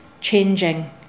changing